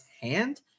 hand